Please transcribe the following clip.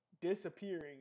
disappearing